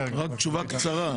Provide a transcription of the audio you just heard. תשובה קצרה.